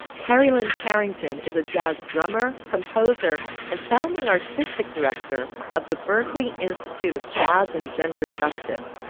terrilyn carrington is a jazz drummer, composer and founding artistic director of the berklee institute of jazz and gender justice,